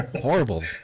Horrible